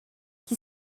qui